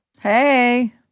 hey